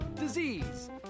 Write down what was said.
Disease